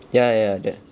ya ya that